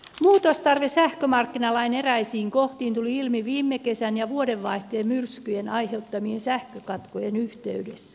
muutostarve sähkömarkkinalain eräisiin kohtiin tuli ilmi viime kesän ja vuodenvaihteen myrskyjen aiheuttamien sähkökatkojen yhteydessä